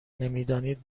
نمیدانید